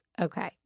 okay